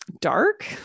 dark